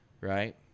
right